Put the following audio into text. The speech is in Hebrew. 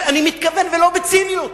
אני מתכוון, ולא בציניות.